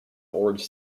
orange